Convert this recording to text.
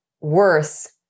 worse